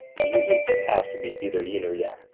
music has to be either yin or yang.